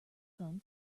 phone